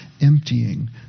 emptying